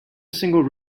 single